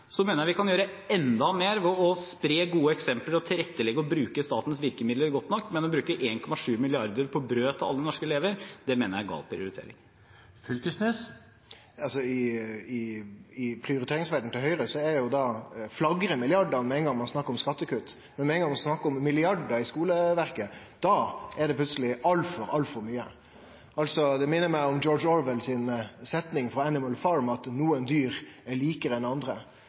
mener vi kan gjøre enda mer ved å spre gode eksempler og tilrettelegge og bruke statens virkemidler godt nok, men å bruke 1,7 mrd. kr på brød til alle norske elever mener jeg er gal prioritering. I prioriteringsverda til Høgre flagrar milliardane med ein gong ein snakkar om skattekutt, men med ein gong ein snakkar om milliardar i skuleverket, er det plutseleg altfor, altfor mykje. Det minner meg om George Orwell sin setning frå «Animal Farm» om at nokre dyr er likare enn andre.